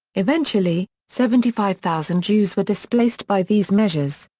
eventually, seventy five thousand jews were displaced by these measures.